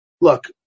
look